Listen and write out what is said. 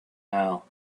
now